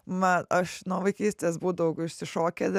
na aš nuo vaikystės būdavau išsišokėlė